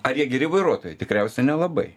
ar jie geri vairuotojai tikriausia nelabai